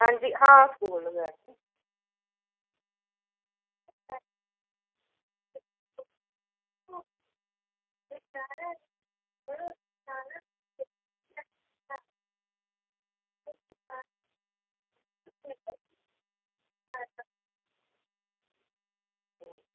हां जी हां स्कूल गै